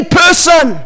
person